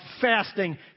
fasting